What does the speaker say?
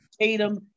Tatum